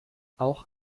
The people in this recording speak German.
auch